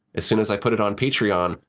as soon as i put it on patreon,